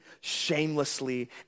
shamelessly